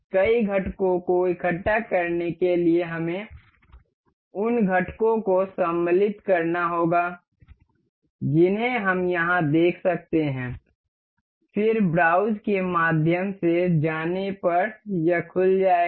कई घटकों को इकट्ठा करने के लिए हमें उन घटकों को सम्मिलित करना होगा जिन्हें हम यहां देख सकते हैं फिर ब्राउज़ के माध्यम से जाने पर यह खुल जाएगा